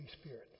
Spirit